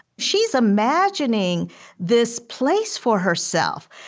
she's imagining this place for herself,